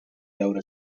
veure